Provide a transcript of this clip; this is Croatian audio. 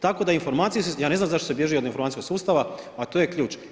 Tako da informacije, ja ne znam zašto se bježi od informacijskog sustava, a to je ključ.